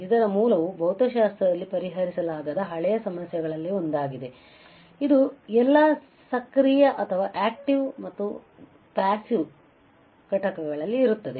ಇದರ ಮೂಲವು ಭೌತಶಾಸ್ತ್ರದಲ್ಲಿ ಪರಿಹರಿಸಲಾಗದ ಹಳೆಯ ಸಮಸ್ಯೆಗಳಲ್ಲಿ ಒಂದಾಗಿದೆಇದು ಎಲ್ಲಾ ಸಕ್ರಿಯ ಮತ್ತು ನಿಷ್ಕ್ರಿಯ ಘಟಕಗಳಲ್ಲಿ ಇರುತ್ತದೆ